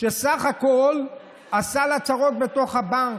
שבסך הכול עשה לה צרות בתוך הבנק,